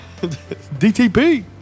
DTP